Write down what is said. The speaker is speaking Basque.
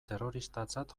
terroristatzat